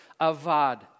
avad